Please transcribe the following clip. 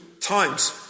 times